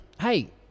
hey